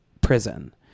prison